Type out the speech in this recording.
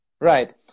Right